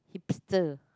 hipster